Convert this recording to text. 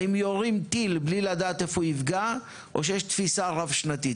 האם יורים טיל מבלי לדעת היכן הוא יפגע או שיש תפיסה רב שנתית?